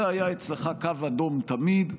זה היה אצלך קו אדום תמיד,